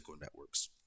networks